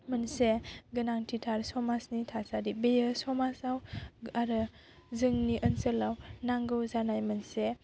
मोनसे गोनांथि थार समाजनि थासारि बेयो समाजाव आरो जोंनि ओनसोलाव नांगौ जानाय मोनसे